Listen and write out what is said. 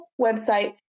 website